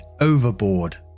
overboard